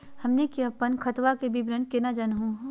हमनी के अपन खतवा के विवरण केना जानहु हो?